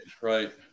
right